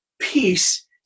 peace